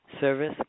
service